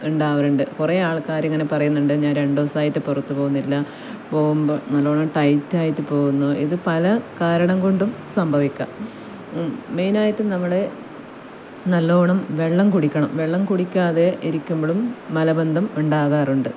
ഉണ്ടാവാറുണ്ട് കുറെ ആൾക്കാർ ഇങ്ങനെ പറയുന്നുണ്ട് ഞാൻ രണ്ടു ദിവസമായിട്ട് പുറത്തു പോകുന്നില്ല പോകുമ്പം നല്ലോണം ടൈറ്റായിട്ട് പോകുന്നു ഇത് പല കാരണം കൊണ്ടും സംഭവിക്കാം മെയിനായിട്ടും നമ്മൾ നല്ലോണം വെള്ളം കുടിക്കണം വെള്ളം കുടിക്കാതെ ഇരിക്കുമ്പോളും മലബന്ധം ഉണ്ടാകാറുണ്ട്